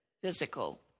physical